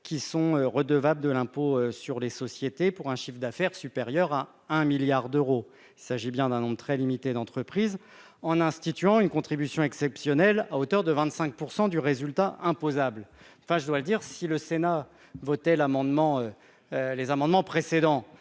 qui sont redevables de l'impôt sur les sociétés, pour un chiffre d'affaires supérieur à un milliard d'euros s'agit bien d'un homme très limité d'entreprises en instituant une contribution exceptionnelle à hauteur de 25 % du résultat imposable, enfin je dois dire, si le Sénat votait l'amendement les